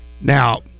Now